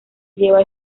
lleva